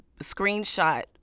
screenshot